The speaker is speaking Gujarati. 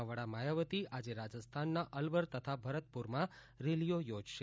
ના વડા માયાવતીએ રાજસ્થાનના અલવર તથા ભરતપુરમાં રેલીઓ યોજી હતી